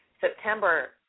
September